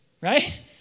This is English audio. Right